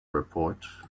report